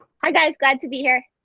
hi guys, glad to be here.